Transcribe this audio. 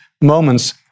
moments